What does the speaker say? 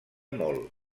molt